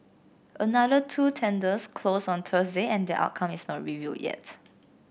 another two tenders closed on Thursday and their outcome is not revealed yet